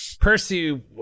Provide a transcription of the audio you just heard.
Percy